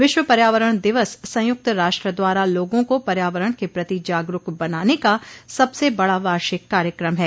विश्व पर्यावरण दिवस संयुक्त राष्ट्र द्वारा लोगों को पर्यावरण के प्रति जागरूक बनाने का सबसे बड़ा वार्षिक कार्यक्रम है